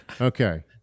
Okay